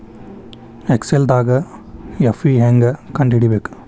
ಎಕ್ಸೆಲ್ದಾಗ್ ಎಫ್.ವಿ ಹೆಂಗ್ ಕಂಡ ಹಿಡಿಬೇಕ್